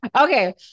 Okay